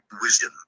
wisdom